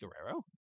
Guerrero